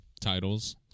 titles